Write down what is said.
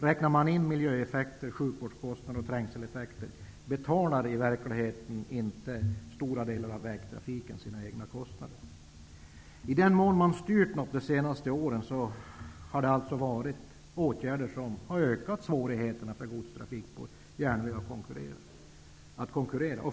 Om man räknar in miljöeffekter, sjukvårdskostnader och trängseleffekter betalar stora delar av vägtrafiken i själva verket inte sina kostnader. I den mån styrning har förekommit under de senaste åren har man vidtagit åtgärder som har ökat svårigheterna för godstrafik på järnväg att kunna konkurrera.